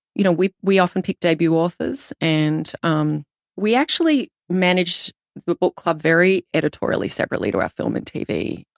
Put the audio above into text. you know, we we often pick debut authors. and um we actually manage the book club very editorially separately to our film and tv